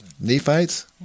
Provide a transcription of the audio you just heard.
Nephites